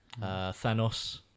Thanos